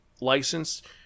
licensed